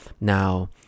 Now